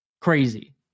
Crazy